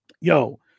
Yo